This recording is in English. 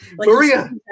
Maria